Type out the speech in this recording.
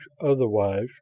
otherwise